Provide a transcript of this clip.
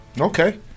Okay